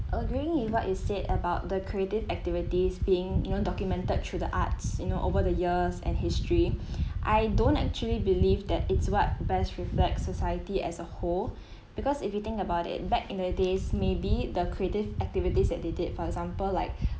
agreeing with what you said about the creative activities being you know documented through the arts you know over the years and history I don't actually believe that it's what best reflect society as a whole because if you think about it back in the days may be the creative activities that they did for example like